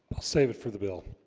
i'll save it for the bill